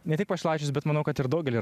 ne tik pašilaičius bet manau kad ir daugelį